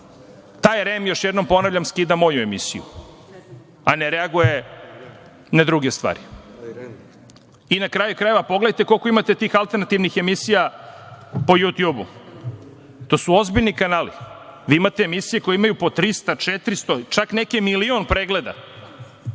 Taj REM, još jednom ponavljam skida moju emisiju, a ne reaguje na druge stvari. Na kraju krajeva, pogledatje koliko imate tih alternativnih emisija po „ju tjubu“, to su ozbiljni kanali. Vi imate emisije koje imaju po 300, 400, neke čak milion preglada.